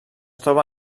troba